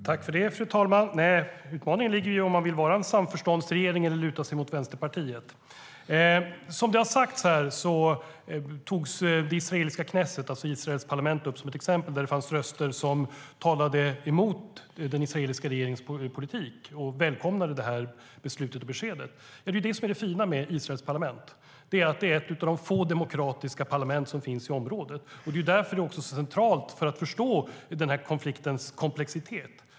Fru talman! Utmaningen ligger i om man vill vara en samförståndsregering eller om man vill luta sig mot Vänsterpartiet. Det israeliska parlamentet Knesset togs upp här som ett exempel där det fanns röster som talade emot den israeliska regeringens politik och välkomnade detta beslut och besked. Det är det som är det fina med Israels parlament; det är ett av de få demokratiska parlament som finns i området. Det är därför detta är centralt för att förstå konfliktens komplexitet.